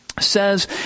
says